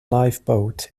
lifeboat